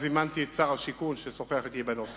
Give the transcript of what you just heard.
זימנתי גם את שר השיכון, ששוחח אתי בנושא,